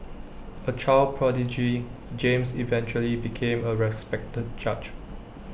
A child prodigy James eventually became A respected judge